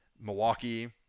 Milwaukee